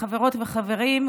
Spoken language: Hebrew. חברות וחברים,